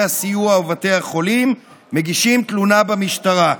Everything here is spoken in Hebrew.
הסיוע ובבתי החולים מגישים תלונה במשטרה.